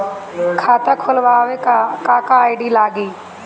खाता खोलवावे ला का का आई.डी लागेला?